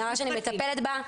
נערה שאני מטפלת בה.